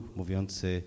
mówiący